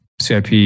CIP